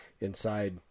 inside